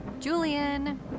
Julian